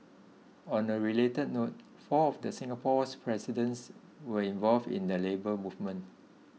on a related note four of the Singapore's presidents were involved in the Labour Movement